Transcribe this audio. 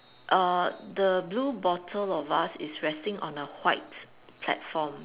uh the blue bottle or vase is resting on a white platform